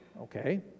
okay